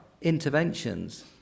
interventions